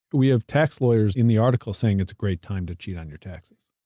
we have tax lawyers in the article saying it's a great time to cheat on your taxes.